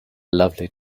lovely